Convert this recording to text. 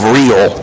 real